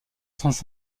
sens